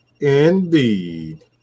Indeed